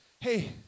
hey